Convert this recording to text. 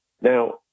Now